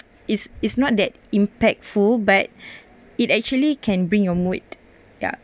it's it's not that impactful but it actually can bring your mood ya